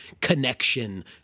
connection